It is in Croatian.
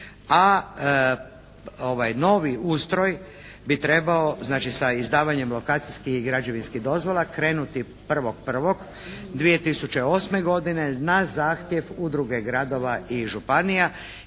a ovaj novi ustroj bi trebao znači sa izdavanjem lokacijskih i građevinskih dozvola krenuti 1.12008. godine na zahtjev Udruge gradova i županija